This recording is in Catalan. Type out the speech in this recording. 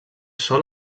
sol